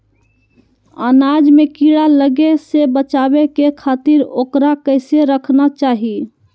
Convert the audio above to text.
अनाज में कीड़ा लगे से बचावे के लिए, उकरा कैसे रखना चाही?